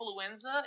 influenza